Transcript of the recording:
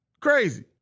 Crazy